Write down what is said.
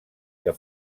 que